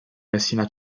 messina